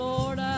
Lord